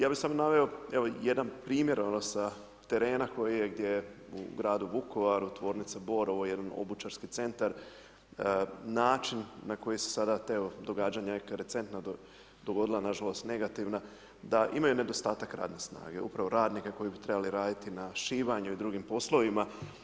Ja bi samo naveo jedan primjer sa terena kojeg je u gradu Vukovaru, tvornica Borovo, jedan obućarski centar, način na koji se sada događanja neka recentna dogodila nažalost negativna da imaju nedostatak radne snage, upravo radnika koji bi trebali raditi na šivanju i drugim poslovima.